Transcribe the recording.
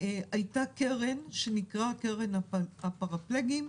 הייתה קרן שנקראה קרן הפרפלגים,